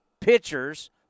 pitchers